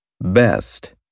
best